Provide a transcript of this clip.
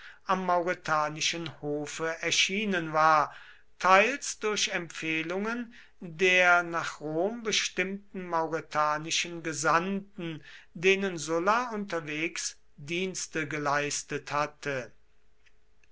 am mauretanischen hofe erschienen war teils durch empfehlungen der nach rom bestimmten mauretanischen gesandten denen sulla unterwegs dienste geleistet hatte